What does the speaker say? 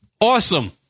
Awesome